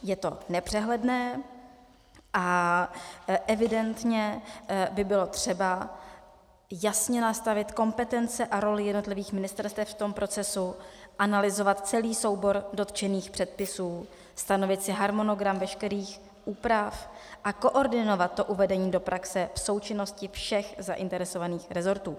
Je to nepřehledné a evidentně by bylo třeba jasně nastavit kompetence a roli jednotlivých ministerstev v tom procesu, analyzovat celý soubor dotčených předpisů, stanovit si harmonogram veškerých úprav a koordinovat uvedení do praxe v součinnosti všech zainteresovaných resortů.